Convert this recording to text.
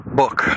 book